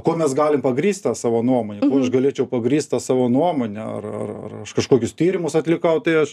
kuo mes galim pagrįst tą savo nuomonę aš galėčiau pagrįst tą savo nuomonę ar kažkokius tyrimus atlikau tai aš